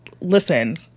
listen